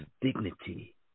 dignity